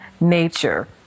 nature